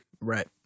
Right